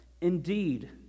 Indeed